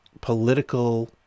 political